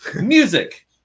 Music